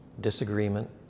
disagreement